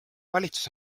valitsus